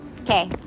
Okay